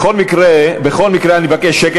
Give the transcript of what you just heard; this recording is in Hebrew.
בכל מקרה אני מבקש שקט.